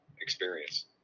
experience